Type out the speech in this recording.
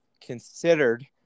considered